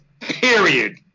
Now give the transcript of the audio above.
period